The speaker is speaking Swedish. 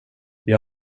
jag